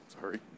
Sorry